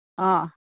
ꯑꯥ